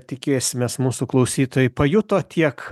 tikėsimės mūsų klausytojai pajuto tiek